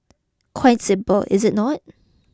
quite simple is it not